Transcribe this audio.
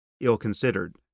ill-considered